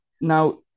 Now